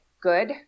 good